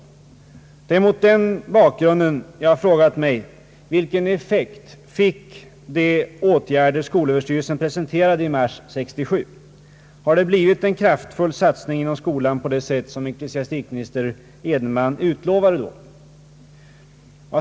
Det är mot den bakgrunden jag har frågat mig: Vilken effekt fick de åtgärder skolöverstyrelsen presenterade i mars 1967. Har det blivit en kraftfull satsning inom skolan på det sätt som ecklesiastikminister Edenman då utlovade?